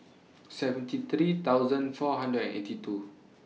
seventy three thousand four hundred and eighty two